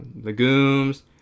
legumes